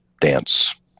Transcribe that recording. dance